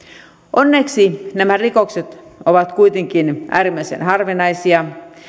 onneksi nämä rikokset ovat kuitenkin äärimmäisen harvinaisia